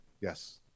Yes